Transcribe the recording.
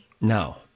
No